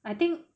I think